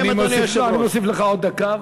אני מוסיף לך עוד דקה,